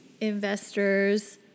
investors